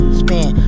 spin